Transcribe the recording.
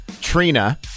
Trina